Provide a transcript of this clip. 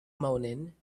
moaning